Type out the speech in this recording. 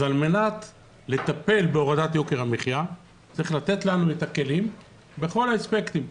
אז על מנת לטפל ביוקר המחיה צריך לתת לנו את הכלים בכל האספקטים,